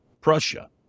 Prussia